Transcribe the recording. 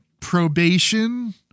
probation